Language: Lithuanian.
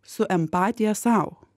su empatija sau